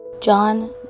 John